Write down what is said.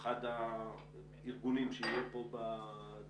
אחד הארגונים שיהיה פה בדיון,